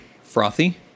frothy